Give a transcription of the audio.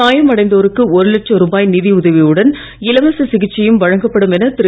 காயம் அடைந்தோருக்கு ஒரு லட்ச ருபாய் நிதியுதவியுடன் இலவச சிகிச்சையும் வழங்கப்படும் என திரு